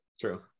True